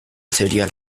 cereal